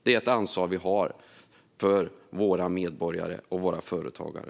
Det är ett ansvar vi har för våra medborgare och våra företagare.